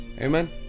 Amen